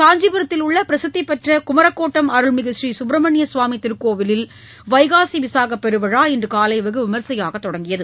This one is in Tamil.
காஞ்சிபுரத்தில் உள்ள பிரசித்திபெற்ற குமரக்கோட்டம் அருள்மிகு பூநீ கப்ரமணிய சுவாமி திருக்கோயிலில் வைகாசி விசாக பெருவிழா இன்று காலை வெகு விமரிசையாக தொடங்கியது